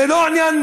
זה לא עניין,